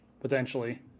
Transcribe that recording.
potentially